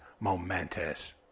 momentous